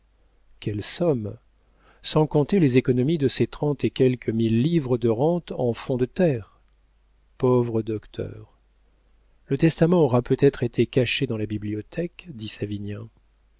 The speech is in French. quelles sommes sans compter les économies de ses trente et quelques mille livres de rente en fonds de terre pauvre docteur le testament aura peut-être été caché dans la bibliothèque dit savinien